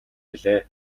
билээ